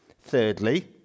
Thirdly